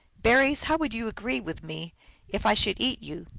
berries, how would you agree with me if i should eat you?